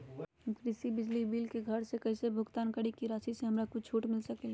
कृषि बिजली के बिल घर से कईसे भुगतान करी की राशि मे हमरा कुछ छूट मिल सकेले?